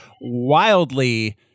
wildly